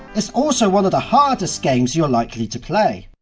it's also one of the hardest games you're likely to play.